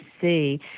see